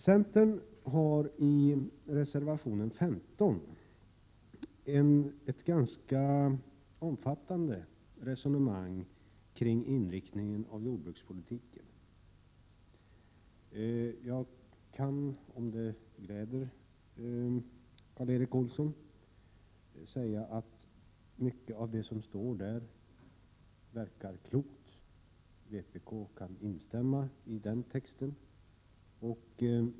Centern för i reservationen 15 ett ganska omfattande resonemang kring inriktningen av jordbrukspolitiken. Jag kan säga, om det gläder Karl Erik Olsson, att mycket av det som står där verkar klokt. Vpk kan instämma i den texten.